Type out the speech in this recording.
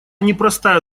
непростая